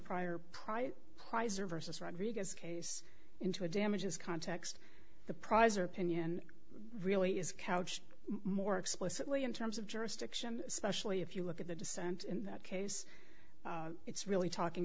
private prize or versus rodriguez case into a damages context the prize or opinion really is couched more explicitly in terms of jurisdiction especially if you look at the dissent in that case it's really talking